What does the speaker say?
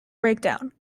breakdown